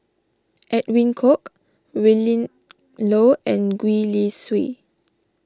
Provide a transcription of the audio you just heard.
Edwin Koek Willin Low and Gwee Li Sui